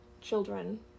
children